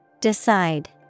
Decide